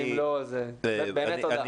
אם לא, אז באמת תודה.